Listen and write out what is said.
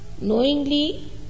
knowingly